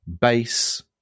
base